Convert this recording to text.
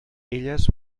elles